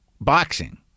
boxing